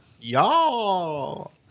Y'all